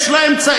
יש לה אמצעים.